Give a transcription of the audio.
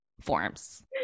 forms